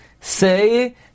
say